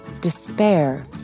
despair